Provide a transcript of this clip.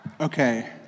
Okay